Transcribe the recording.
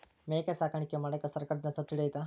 ಮೇಕೆ ಸಾಕಾಣಿಕೆ ಮಾಡಾಕ ಸರ್ಕಾರದಿಂದ ಸಬ್ಸಿಡಿ ಐತಾ?